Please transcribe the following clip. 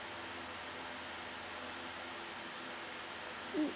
mm